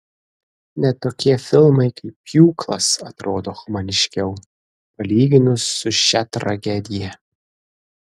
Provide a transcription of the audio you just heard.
net tokie filmai kaip pjūklas atrodo humaniškiau palyginus su šia tragedija